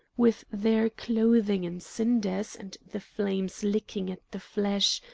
with their clothing in cinders and the flames licking at the flesh,